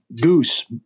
goose